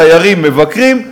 תיירים מבקרים,